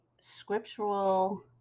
scriptural